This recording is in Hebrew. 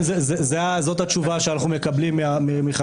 מה שקורה עכשיו במדינה מפורר את הצבא, מפורר